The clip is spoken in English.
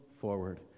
forward